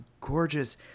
gorgeous